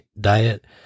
diet